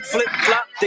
Flip-flop